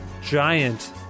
giant